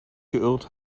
geirrt